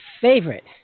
favorite